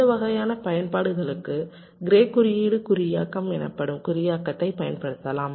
இந்த வகையான பயன்பாடுகளுக்கு க்ரே குறியீடு குறியாக்கம் எனப்படும் குறியாக்கத்தைப் பயன்படுத்தலாம்